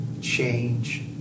change